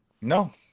No